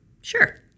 Sure